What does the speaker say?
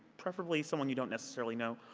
preferably someone you don't necessarily know.